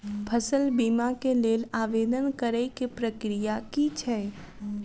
फसल बीमा केँ लेल आवेदन करै केँ प्रक्रिया की छै?